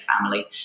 family